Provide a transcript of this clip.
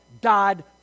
died